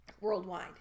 worldwide